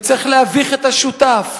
וצריך להביך את השותף,